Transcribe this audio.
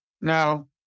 No